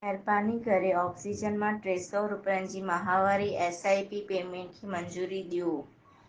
महिरबानी करे ऑक्सीजन मां टे सौ रुपियनि जी माहवारी एस आई पी पेमेंट खे मंज़ूरी ॾियो